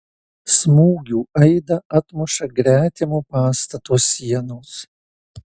smūgių aidą atmuša gretimo pastato sienos